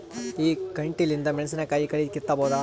ಈ ಕಂಟಿಲಿಂದ ಮೆಣಸಿನಕಾಯಿ ಕಳಿ ಕಿತ್ತಬೋದ?